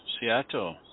Seattle